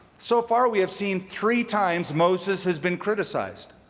so far we have seen three times moses has been criticized.